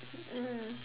mmhmm